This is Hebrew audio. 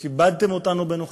שכיבדתם אותנו בנוכחותכם,